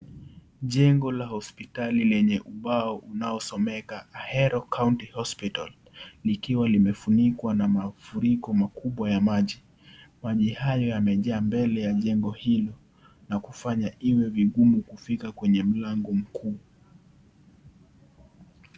Jengo la hospitali lenye ubao unao someka, Ahero County Hospital, likiwa limefunikwa na mafuriko makubwa ya maji. Maji hayo yamejaa mbele ya jengo hili na kufanya iwe vigumu kufika kwenye mlango kuu.